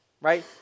right